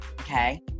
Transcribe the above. Okay